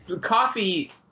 coffee